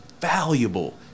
valuable